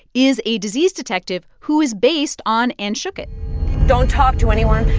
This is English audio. is a disease detective who is based on anne schuchat don't talk to anyone.